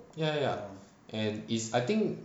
ya ya and is I think